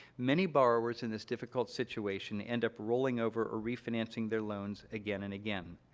many borrowers in this difficult situation end up rolling over or refinancing their loans again and again.